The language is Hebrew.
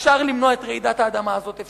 אפשר למנוע את רעידת האדמה הזאת.